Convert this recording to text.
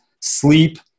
sleep